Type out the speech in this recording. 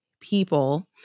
people